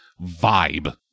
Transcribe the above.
vibe